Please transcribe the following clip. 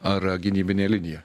ar gynybinė linija